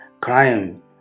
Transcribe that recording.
crime